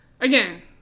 Again